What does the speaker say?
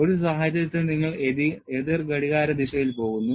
ഒരു സാഹചര്യത്തിൽ നിങ്ങൾ എതിർ ഘടികാരദിശയിൽ പോകുന്നു